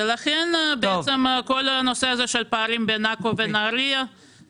ולכן בעצם כל הנושא הזה של פערים בין עכו ונהריה,